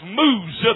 moves